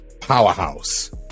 Powerhouse